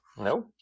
No